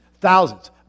Thousands